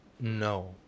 No